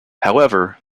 however